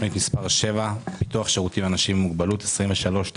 תוכנית מספר 7 פיתוח שירותים לאנשים עם מוגבלות 23-12-04: